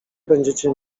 będziecie